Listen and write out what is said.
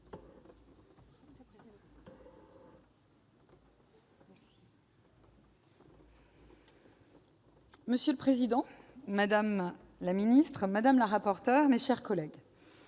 Monsieur le président, madame la ministre, madame la rapporteur, mes chers collègues,